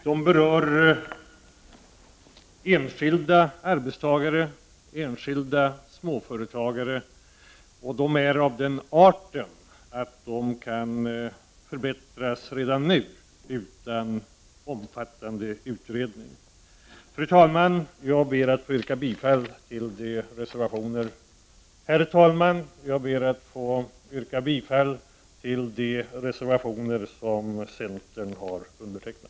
De berör enskilda arbetstagare och enskilda småföretagare och är av den arten att förhållandena kan förbättras redan nu, utan omfattande utredning. Herr talman! Jag ber att få yrka bifall till de reservationer som centern har undertecknat.